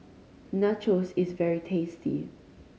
nachos is very tasty